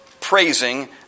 praising